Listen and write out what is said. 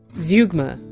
zeugma,